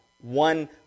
one